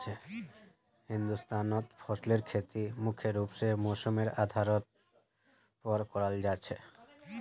हिंदुस्तानत फसलेर खेती मुख्य रूप से मौसमेर आधारेर पर कराल जा छे